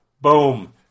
Boom